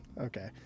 Okay